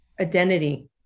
identity